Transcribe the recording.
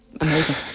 amazing